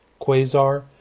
Quasar